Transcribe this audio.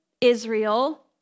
Israel